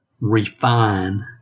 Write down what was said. refine